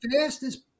fastest